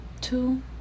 two